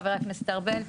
חבר הכנסת ארבל,